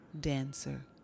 dancer